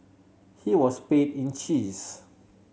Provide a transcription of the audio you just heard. he was paid in cheese